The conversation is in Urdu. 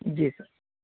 جی سر